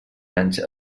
anys